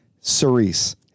Cerise